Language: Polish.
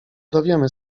dowiemy